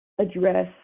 address